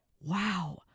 wow